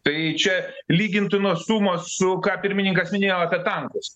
tai čia lygintos sumos su ką pirmininkas minėjo apie tankus